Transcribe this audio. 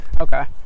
Okay